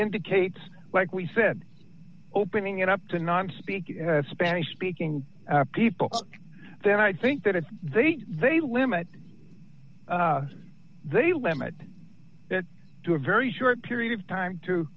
indicates like we said opening it up to non speaking spanish speaking people then i think that it's they they limit they limit it to a very short period of time